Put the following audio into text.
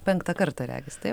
penktą kartą regis taip